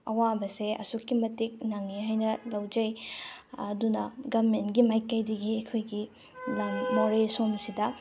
ꯑꯋꯥꯕꯁꯦ ꯑꯁꯨꯛꯀꯤ ꯃꯇꯤꯛ ꯅꯪꯏ ꯍꯥꯏꯅ ꯂꯧꯖꯩ ꯑꯗꯨꯅ ꯒꯃꯦꯟꯒꯤ ꯃꯥꯏꯀꯩꯗꯒꯤ ꯑꯩꯈꯣꯏꯒꯤ ꯂꯝ ꯃꯣꯔꯦ ꯁꯣꯝꯁꯤꯗ